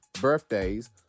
Birthdays